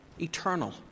eternal